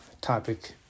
topic